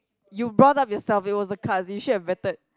you brought up yourself it was a card you should have vetted